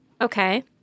Okay